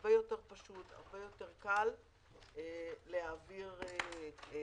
הרבה יותר פשוט והרבה יותר קל להעביר שינויים,